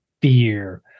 fear